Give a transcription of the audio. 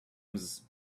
was